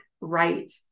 right